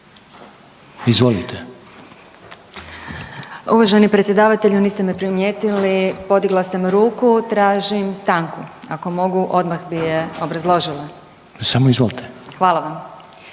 Uvaženi predsjedavatelju, niste me primijetili, podigla sam ruku, tražim stanku ako mogu odmah bi je obrazložila. **Reiner, Željko